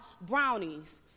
brownies